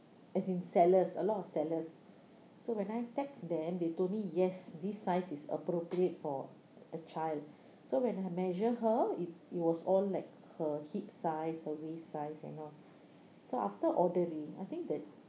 as in sellers a lot of sellers so when I text them they told me yes this size is appropriate for a child so when I measure her if it was all like her hip size her waist size and all so after ordering I think that